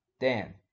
Dan